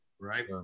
right